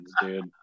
dude